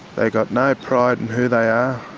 they got no pride in who they are,